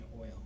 oil